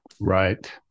Right